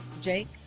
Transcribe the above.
Jake